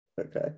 Okay